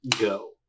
go